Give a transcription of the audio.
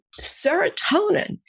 serotonin